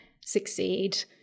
succeed